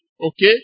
Okay